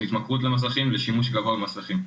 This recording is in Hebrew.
התמכרות למסכים ולבין שימוש גבוה במסכים.